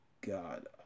god